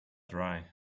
dry